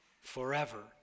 forever